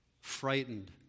frightened